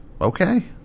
Okay